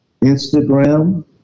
Instagram